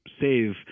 save